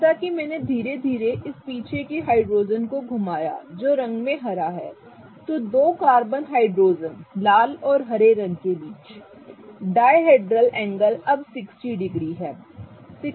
जैसा कि मैंने धीरे धीरे इस पीछे के हाइड्रोजन को घुमाया जो रंग में हरा है तो दो कार्बन हाइड्रोजन लाल और हरे रंग के बीच डायहेड्रल एंगल अब 60 डिग्री है